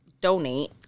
donate